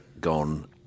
gone